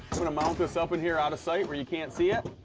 i'm gonna mount this up in here out of sight where you can't see it,